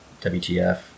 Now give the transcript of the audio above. WTF